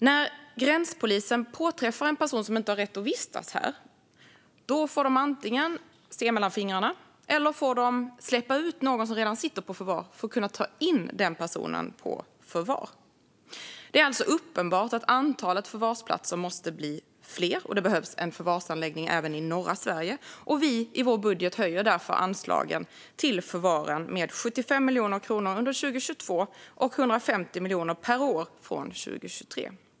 När gränspolisen påträffar en person som inte har rätt att vistas här får den antingen se mellan fingrarna eller släppa ut någon som redan sitter på förvar för att kunna ta in den personen på förvar. Det är alltså uppenbart att förvarsplatserna måste bli fler, och det behövs en förvarsanläggning även i norra Sverige. Vi höjer i vår budget därför anslagen till förvaren med 75 miljoner under 2022 och 150 miljoner per år från 2023.